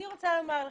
אני רוצה לומר לך,